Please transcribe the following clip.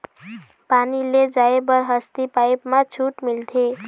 पानी ले जाय बर हसती पाइप मा छूट मिलथे?